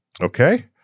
Okay